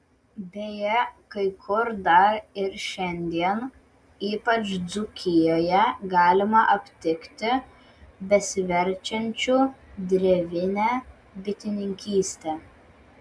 beje kai kur dar ir šiandien ypač dzūkijoje galima aptikti besiverčiančių drevine bitininkyste